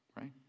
right